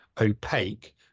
opaque